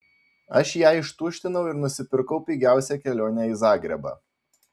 aš ją ištuštinau ir nusipirkau pigiausią kelionę į zagrebą